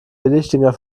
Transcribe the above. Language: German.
billigdinger